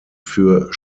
für